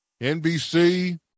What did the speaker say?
NBC